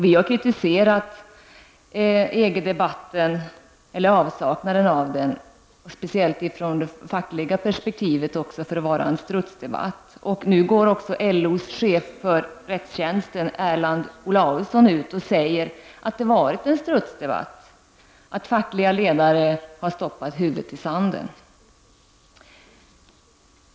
Vi har kritiserat EG-debatten -- eller avsaknaden av den -- speciellt från det fackliga perspektivet för att den är en strutsdebatt. Nu säger också LOs chef för rättstjänsten, Erland Olausson, att det har varit en strutsdebatt, att fackliga ledare har stoppat huvudet i sanden.